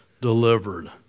delivered